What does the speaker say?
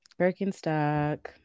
Birkenstock